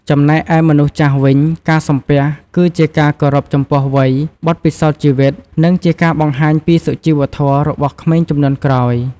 ចំណែកឯមនុស្សចាស់វិញ ការសំពះគឺជាការគោរពចំពោះវ័យ បទពិសោធន៍ជីវិត និងជាការបង្ហាញពីសុជីវធម៌របស់ក្មេងជំនាន់ក្រោយ។